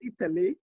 Italy